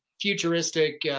futuristic